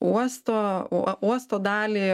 uosto o uosto dalį